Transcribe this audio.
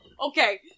okay